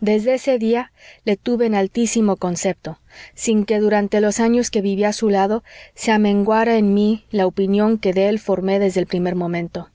desde ese día le tuve en altísimo concepto sin que durante los años que viví a su lado se amenguara en mí la opinión que de él me formé desde el primer momento